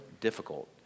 difficult